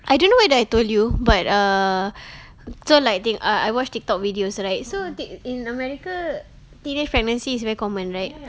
I don't know whether I told you but err so like th~ uh I watched Tiktok videos right so tik~ in america teenage pregnancy is very common right